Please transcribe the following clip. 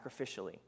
sacrificially